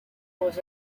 was